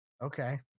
okay